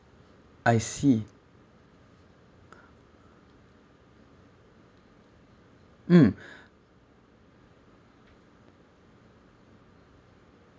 I see mm